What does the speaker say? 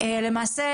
למעשה,